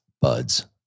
BUDS